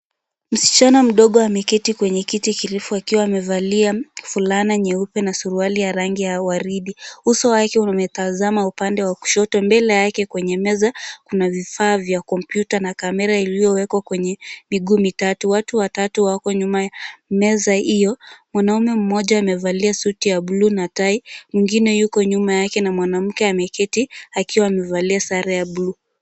Msichana mdogo ameketi kwenye kiti kirefu, akiwa amevalia fulana nyeupe na suruali ya rangi ya waridi. Uso wake umetazama upande wa kushoto na mbele yake kwenye meza kuna vifaa vya komyuta na kamera iliyowekwa kwenye miguu mitatu. Watu watatu wako nyuma ya meza hiyo. Mwanaume mmoja amevalia suti ya buluu na tai, mwingine yuko nyuma yake na mwanamke ameketi akiwa amevalia sare za buluu.